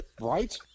Right